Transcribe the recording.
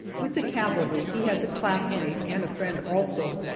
with the cavalry he has a classmate, and a friend, also,